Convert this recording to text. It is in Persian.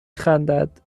خندد